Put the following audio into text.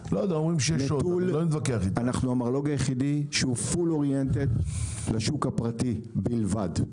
נטול --- אנחנו המרלו"ג היחידי שהוא לגמרי מוכוון לשוק הפרטי בלבד.